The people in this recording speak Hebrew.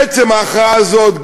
עצם ההכרעה הזאת,